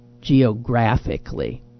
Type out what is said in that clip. geographically